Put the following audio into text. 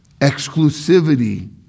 exclusivity